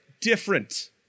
different